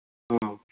ಹ್ಞೂ